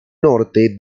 norte